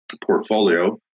portfolio